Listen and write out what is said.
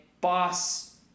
boss